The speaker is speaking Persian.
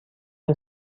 این